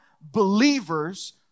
believers